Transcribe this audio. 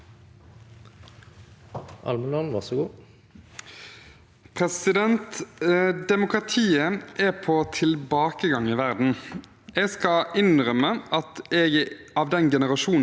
Jeg skal innrømme at jeg er av den generasjonen som vokste opp med en grunnleggende og iboende tro på at verden alltid ble litt bedre, og at demokratiet nesten automatisk ville spre seg.